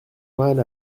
mal